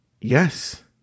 yes